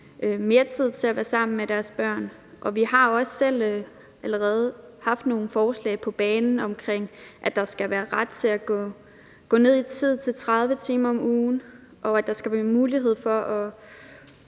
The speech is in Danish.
mere tid til at være sammen med deres børn, og vi har også selv allerede haft nogle forslag på banen om, at der skal være ret til at gå ned i tid til 30 timer om ugen, og at der skal være mulighed for at